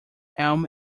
elm